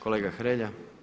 Kolega Hrelja.